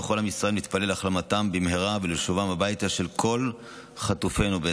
וכל עם ישראל מתפלל להחלמתם במהרה ולשובם של כל חטופינו הביתה,